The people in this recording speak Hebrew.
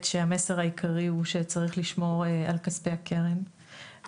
שהמסר העיקרי הוא שצריך לשמור על כספי הקרן.